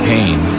Pain